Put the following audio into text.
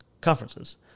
conferences